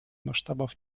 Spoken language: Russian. масштабов